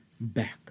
back